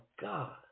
God